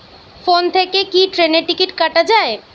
Phone থেকে কি ট্রেনের টিকিট কাটা য়ায়?